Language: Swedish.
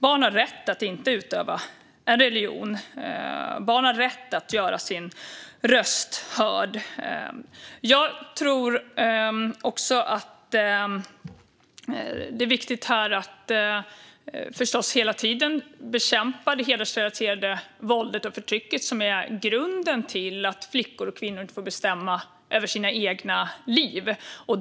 Barn har rätt att inte utöva en religion och rätt att göra sin röst hörd. Det är viktigt att hela tiden bekämpa det hedersrelaterade våldet och förtrycket eftersom det är grunden till att flickor och kvinnor inte får bestämma över sina egna liv.